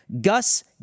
Gus